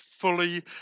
fully